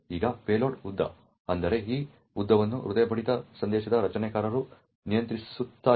ಈಗ ಪೇಲೋಡ್ ಉದ್ದ ಅಂದರೆ ಈ ಉದ್ದವನ್ನು ಹೃದಯ ಬಡಿತ ಸಂದೇಶದ ರಚನೆಕಾರರು ನಿಯಂತ್ರಿಸುತ್ತಾರೆ